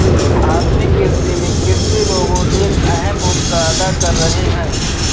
आधुनिक कृषि में कृषि रोबोट एक अहम भूमिका अदा कर रहे हैं